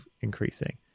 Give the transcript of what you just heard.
increasing